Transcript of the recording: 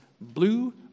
blue